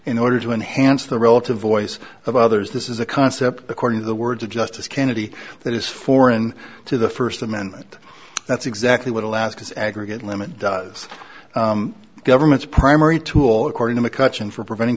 in order to enhance the relative voice of others this is a concept according to the words of justice kennedy that is foreign to the first amendment that's exactly what alaska's aggregate limit is government's primary tool according to mccutcheon for preventing